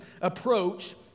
approach